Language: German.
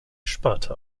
sparte